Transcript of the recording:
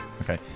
Okay